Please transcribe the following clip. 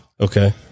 Okay